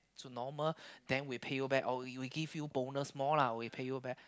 to normal then we pay you back or we we give you bonus more lah we pay you back